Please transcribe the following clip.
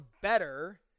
better